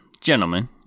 gentlemen